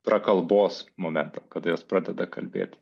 prakalbos momentą kada jos pradeda kalbėti